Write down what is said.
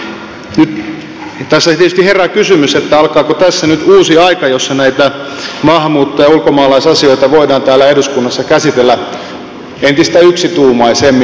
nyt tässä tietysti herää kysymys että alkaako tässä nyt uusi aika jossa näitä maahanmuutto ja ulkomaalaisasioita voidaan täällä eduskunnassa käsitellä entistä yksituumaisemmin